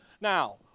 Now